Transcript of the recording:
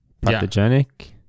pathogenic